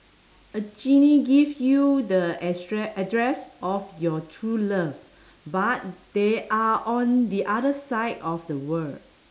a genie give you the address address of your true love but they are on the other side of the world